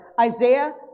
Isaiah